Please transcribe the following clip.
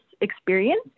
experience